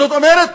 זאת אומרת,